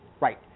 Right